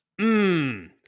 Mmm